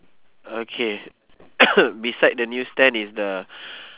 okay beside the news stand is the